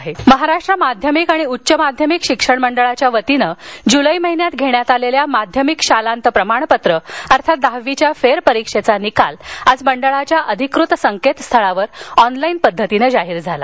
दहावी निकाल महाराष्ट्र माध्यमिक आणि उच्च माध्यमिक शिक्षण मंडळाच्या वतीनं जुलै महिन्यात घेण्यात आलेल्या माध्यमिक शालांत प्रमाणपत्र अर्थात दहावीच्या फेर परीक्षेचा निकाल आज मंडळाच्या अधिकृत संकेतस्थळावर ऑनलाईन पद्धतीनं जाहीर झाला